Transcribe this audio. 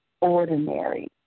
ordinary